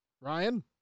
Ryan